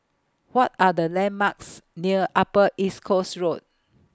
What Are The landmarks near Upper East Coast Road